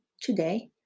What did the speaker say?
today